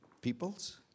peoples